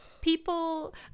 people